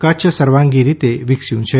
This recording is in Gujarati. કચ્છ સર્વાંગી રીતે વિકસ્યું છે